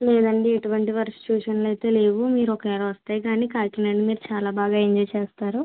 లేదండి ఇటువంటి వర్ష సూచనలు అయితే లేవు మీరు ఒకసారి వస్తే కాని కాకినాడని చాలా బాగా ఎంజాయ్ చేస్తారు